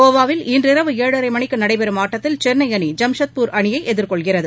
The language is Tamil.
கோவாவில் இன்றிரவு ஏழரை மணிக்கு நடைபெறும் ஆட்டத்தில் சென்னை அணி ஜாம்ஷெட்பூர் அணியை எதிர்கொள்கிறது